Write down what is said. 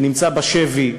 שנמצא בשבי.